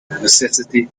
necessity